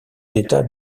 d’état